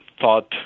thought